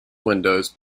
windows